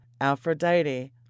Aphrodite